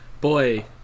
boy